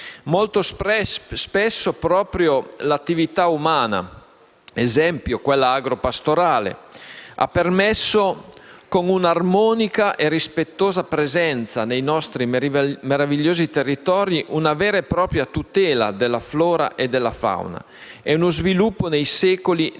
molto spesso proprio l'attività umana, ad esempio quella agropastorale, ha permesso, con un'armonica e rispettosa presenza nei nostri meravigliosi territori, una vera e propria tutela della flora e della fauna e lo sviluppo nei secoli di